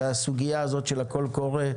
והסוגיה הזאת של הקול הקורא,